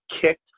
kicked